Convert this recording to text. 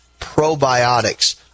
probiotics